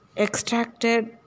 Extracted